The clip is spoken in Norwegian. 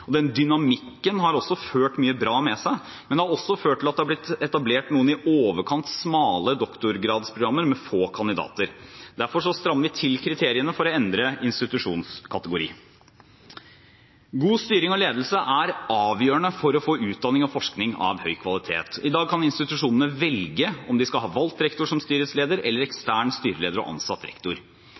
og den dynamikken har også ført mye bra med seg. Men det har også ført til at det har blitt etablert noen i overkant smale doktorgradsprogrammer med få kandidater. Derfor strammer vi til kriteriene for å endre institusjonskategori. God styring og ledelse er avgjørende for å få utdanning og forskning av høy kvalitet. I dag kan institusjonene velge om de skal ha valgt rektor som styrets leder eller ekstern styreleder og ansatt rektor.